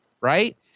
right